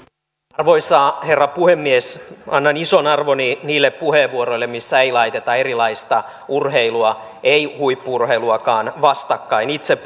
arvoisa herra puhemies annan ison arvon niille puheenvuoroille missä ei laiteta erilaista urheilua ei huippu urheiluakaan vastakkain itse